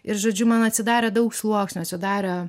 ir žodžiu man atsidarė daug sluoksnių atsidarė